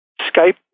Skype